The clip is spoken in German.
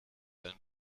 ein